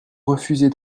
refusez